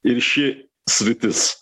ir ši sritis